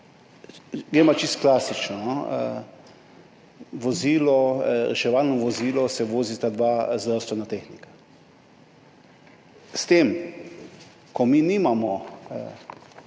V reševalnem vozilu se vozita dva zdravstvena tehnika. S tem, ko nimamo